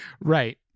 Right